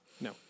No